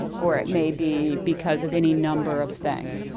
or it may be because of any number of things.